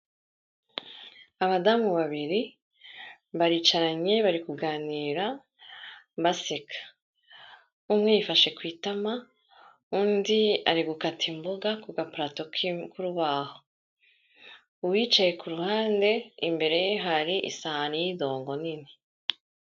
Abadamu babiri baricaranye bari kuganira baseka, umwe yifashe ku itama undi ari gukata imboga ku gapurato k'urubaho, uwicaye ku ruhande imbere ye hari isahani y'idongo nini.